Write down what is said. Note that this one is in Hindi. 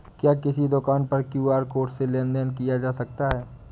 क्या किसी दुकान पर क्यू.आर कोड से लेन देन देन किया जा सकता है?